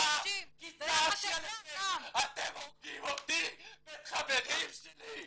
הייתי חודשיים בטנק --- אני הלכתי לחומת מגן בשביל להגן עליך,